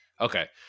okay